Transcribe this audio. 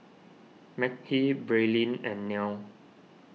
Makhi Braelyn and Nelle